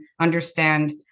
understand